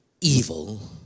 evil